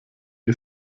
die